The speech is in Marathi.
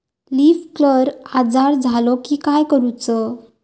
लीफ कर्ल आजार झालो की काय करूच?